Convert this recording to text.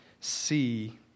see